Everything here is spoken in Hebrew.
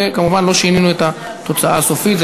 וכמובן שלא שינינו את התוצאה הסופית,